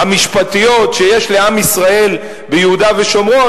המשפטיות שיש לעם ישראל ביהודה ושומרון,